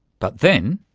but then.